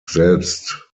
selbst